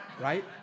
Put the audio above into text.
right